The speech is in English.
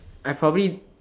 I probably